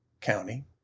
County